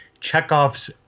Chekhov's